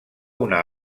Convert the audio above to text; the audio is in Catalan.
una